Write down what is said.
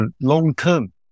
long-term